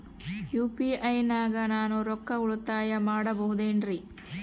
UPI ನಾಗ ನಾನು ರೊಕ್ಕ ಉಳಿತಾಯ ಮಾಡಬಹುದೇನ್ರಿ?